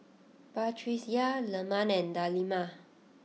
Batrisya Leman and Delima